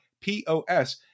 POS